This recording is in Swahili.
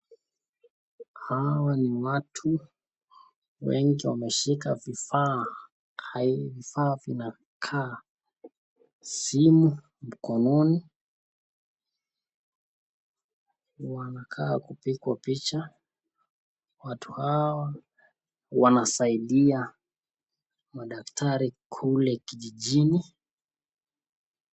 Hawa ni watu wengi wameshika vifaa, vifaa zinakaa simu mkononi. Wanakaa kupigwa picha. Watu hawa wanasaidia madaktari kule kijijini.